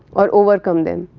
or overcome them.